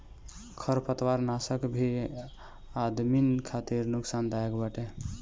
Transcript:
खरपतवारनाशक भी आदमिन खातिर नुकसानदायक बाटे